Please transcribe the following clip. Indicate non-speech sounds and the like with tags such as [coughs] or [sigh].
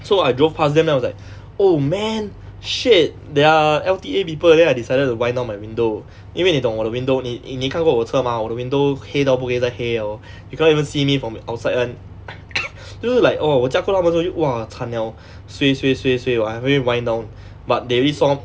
so I drove past them then I was like oh man shit they are L_T_A people then I decided to wind down my window 因为你懂我的 window 你你看过我的车 mah 我的 window 黑到不可以再黑 liao you cannot even see me from outside [one] [coughs] 就是 like oh 我驾过他们的时候就 !wah! 惨 liao suay suay suay suay I quickly wind down but they already saw me